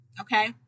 okay